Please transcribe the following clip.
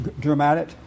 dramatic